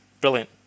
brilliant